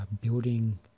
building